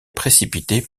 précipitée